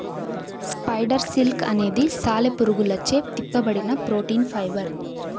spider silk అనేది సాలెపురుగులచే తిప్పబడిన ప్రోటీన్ ఫైబర్